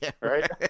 right